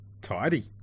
Tidy